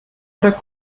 oder